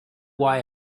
why